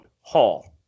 Hall